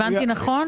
הבנתי נכון?